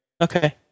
Okay